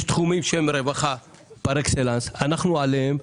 יש תחומים שהם רווחה פר-אקסלנס ואנחנו עליהם.